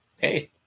Hey